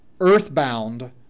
earthbound